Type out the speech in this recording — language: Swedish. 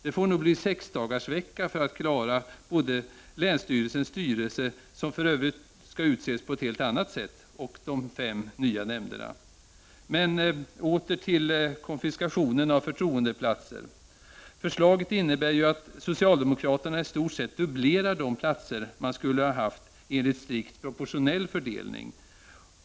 Det får nog bli sexdagarsvecka för att klara både länsstyrelsens styrelse, som för övrigt skall utses på ett helt annat sätt, och de fem nya nämnderna. Men åter till konfiskationen av förtroendeplatser. Förslaget innebär ju att socialdemokraterna i stort sett dubblerar de platser de skulle ha haft enligt strikt proportionell fördelning.